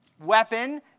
weapon